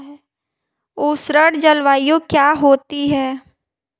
उष्ण जलवायु क्या होती है?